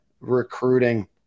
recruiting